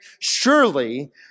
Surely